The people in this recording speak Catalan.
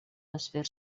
desfer